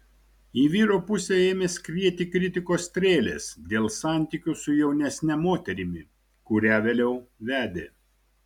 į vyro pusę ėmė skrieti kritikos strėlės dėl santykių su jaunesne moterimi kurią vėliau vedė